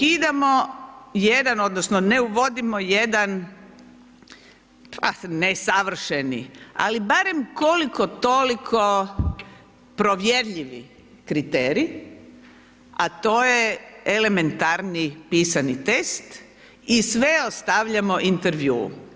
Mi ukidamo jedan odnosno ne uvodimo jedan, ah, ne savršeni, ali barem koliko toliko provjerljivi kriterij, a to je elementarni pisani test i sve ostavljamo intervjuu.